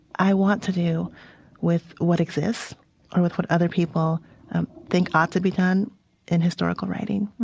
i want to do with what exists or with what other people think ought to be done in historical writing.